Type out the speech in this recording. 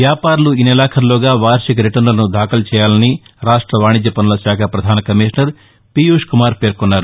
వ్యాపారులు ఈ నెలాఖరులోగా వార్షిక రిటర్నులను దాఖలు చేయాలని రాష్ట వాణిజ్యపన్నుల శాఖ ప్రపధాన కమిషనర్ పీయూష్ కుమార్ పేర్కొన్నారు